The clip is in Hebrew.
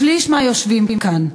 שני-שלישים מהיושבים כאן.